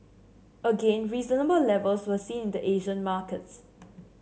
again reasonable levels were seen in the Asian markets